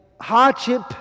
hardship